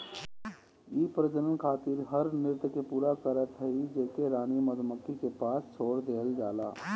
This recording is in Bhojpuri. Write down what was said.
इ प्रजनन खातिर हर नृत्य के पूरा करत हई जेके रानी मधुमक्खी के पास छोड़ देहल जाला